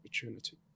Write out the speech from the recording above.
opportunity